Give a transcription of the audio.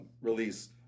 release